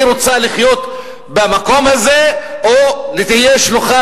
היא רוצה לחיות במקום הזה או תהיה שלוחה